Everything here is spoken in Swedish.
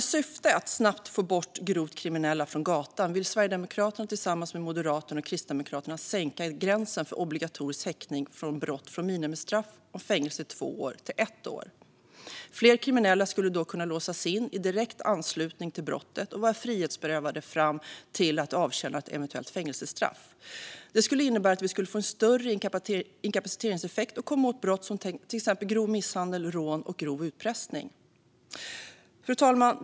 I syfte att snabbt få bort grovt kriminella från gatan vill Sverigedemokraterna tillsammans med Moderaterna och Kristdemokraterna sänka gränsen för obligatorisk häktning från brott med minimistraffet fängelse i två år till brott med minimistraffet fängelse i ett år. Fler kriminella skulle då kunna låsas in i direkt anslutning till brottet och vara frihetsberövade fram till att de avtjänat ett eventuellt fängelsestraff. Det skulle innebära att vi fick en större inkapaciteringseffekt och kunde komma åt brott som till exempel grov misshandel, rån och grov utpressning. Fru talman!